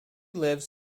lives